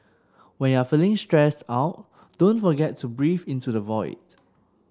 when you are feeling stressed out don't forget to breathe into the void